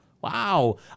Wow